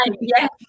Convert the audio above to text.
Yes